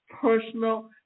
personal